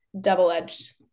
double-edged